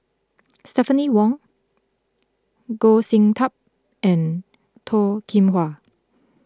Stephanie Wong Goh Sin Tub and Toh Kim Hwa